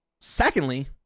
Secondly